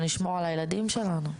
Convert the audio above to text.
שנשמור על הילדים שלנו...